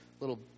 little